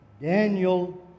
Daniel